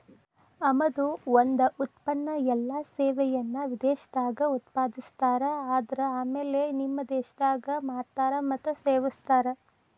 ಆಮದು ಒಂದ ಉತ್ಪನ್ನ ಎಲ್ಲಾ ಸೇವೆಯನ್ನ ವಿದೇಶದಾಗ್ ಉತ್ಪಾದಿಸ್ತಾರ ಆದರ ಆಮ್ಯಾಲೆ ನಿಮ್ಮ ದೇಶದಾಗ್ ಮಾರ್ತಾರ್ ಮತ್ತ ಸೇವಿಸ್ತಾರ್